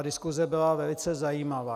Diskuse byla velice zajímavá.